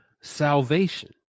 salvation